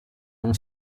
non